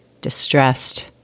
distressed